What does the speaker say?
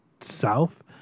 south